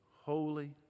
holy